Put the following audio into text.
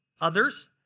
others